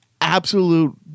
absolute